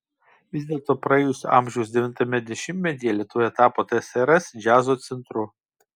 vis dėlto praėjusio amžiaus devintame dešimtmetyje lietuva tapo tsrs džiazo centru